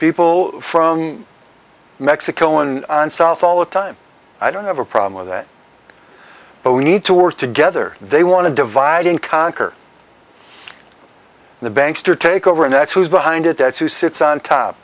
people from mexico and south all the time i don't have a problem with it but we need to work together they want to divide and conquer the banks to take over an ex who is behind it that's who sits on top